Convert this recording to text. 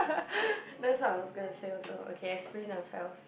that's what I was gonna say also okay explain yourself